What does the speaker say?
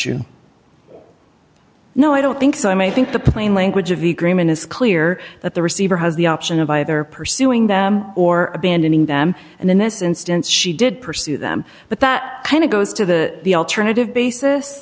you no i don't think so i may think the plain language of the greenman his clear that the receiver has the option of either pursuing them or abandoning them and then this instance she did pursue them but that kind of goes to the the alternative basis